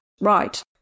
Right